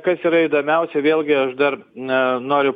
kas yra įdomiausia vėlgi aš dar na noriu